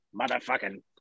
motherfucking